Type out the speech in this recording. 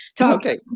Okay